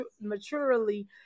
maturely